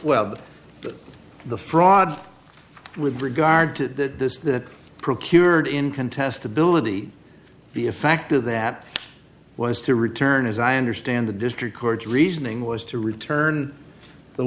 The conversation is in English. well the fraud with regard to this that procured in contestability be a factor that was to return as i understand the district court reasoning was to return the